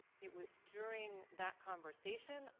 it was during that conversation,